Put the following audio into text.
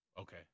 Okay